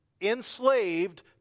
enslaved